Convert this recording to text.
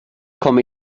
komme